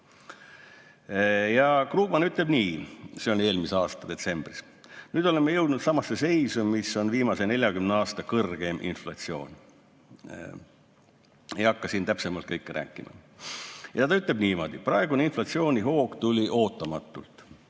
Krugman ütleb nii, see oli eelmise aasta detsembris: nüüd oleme jõudnud samasse seisu, meil on viimase 40 aasta kõrgeim inflatsioon. Ma ei hakka siin täpsemalt kõike rääkima. Aga ta ütleb veel niimoodi, et praegune inflatsioonihoog tuli ootamatult.